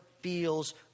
feels